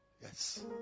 yes